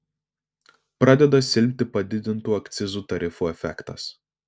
pradeda silpti padidintų akcizų tarifų efektas